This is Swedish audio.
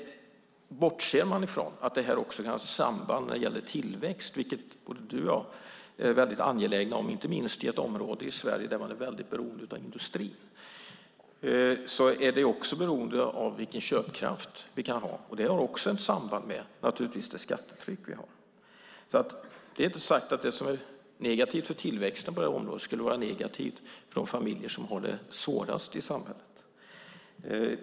Bortser man från att det här också kan ha ett samband när det gäller tillväxt, vilket både Peter Johnsson och jag är väldigt angelägna om, inte minst i ett område i Sverige där man är väldigt beroende av industrin, är det också beroende av vilken köpkraft vi kan ha. Det har naturligtvis också ett samband med det skattetryck vi har. Det är inte sagt att det som är negativt för tillväxten på det här området skulle vara negativt för de familjer som har det svårast i samhället.